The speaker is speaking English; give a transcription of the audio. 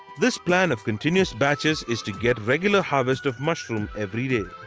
this plan of continuous batches is to get regular harvest of mushroom every day.